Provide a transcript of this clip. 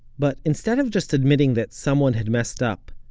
but instead of just admitting that someone had messed up,